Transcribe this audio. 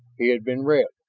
he had been read.